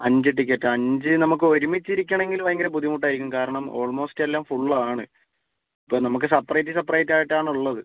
അഞ്ച് ടിക്കറ്റോ അഞ്ച് നമുക്ക് ഒരുമിച്ച് ഇരിക്കണമെങ്കിൽ ഭയങ്കര ബുദ്ധിമുട്ട് ആയിരിക്കും കാരണം ഓൾമോസ്റ്റ് എല്ലാം ഫുൾ ആണ് ഇപ്പം നമുക്ക് സെപ്പറേറ്റ് സെപ്പറേറ്റ് ആയിട്ട് ആണ് ഉള്ളത്